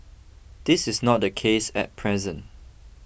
this is not the case at present